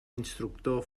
instructor